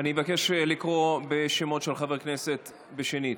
מבקש לקרוא בשמות חברי הכנסת שנית.